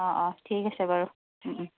অঁ অঁ ঠিক আছে বাৰু